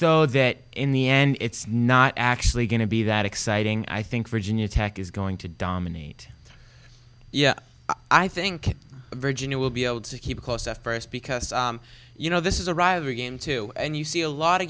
though that in the end it's not actually going to be that exciting i think virginia tech is going to dominate yeah i think virginia will be able to keep close at first because you know this is a rival game too and you see a lot of